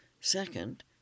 Second